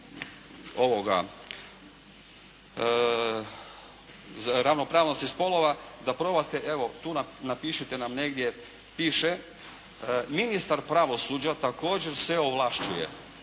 ravnopravnosti spolova, da probate evo, tu napišite nam, negdje piše, ministar pravosuđa također se ovlašćuje.